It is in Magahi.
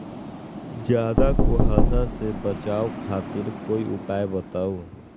ज्यादा कुहासा से बचाव खातिर कोई उपाय बताऊ?